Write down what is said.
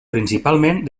principalment